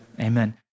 Amen